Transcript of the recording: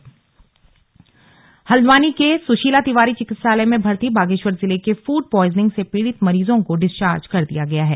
slug food poisoning Haldwani के सुशीला तिवारी चिकित्सालय में भर्ती बागेश्वर जिले के फूड प्वॉयजनिंग से पीड़ित मरीजों को डिस्चार्ज कर दिया गया है